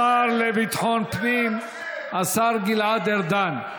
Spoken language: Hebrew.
תודה לשר לביטחון פנים, השר גלעד ארדן.